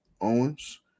Owens